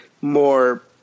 more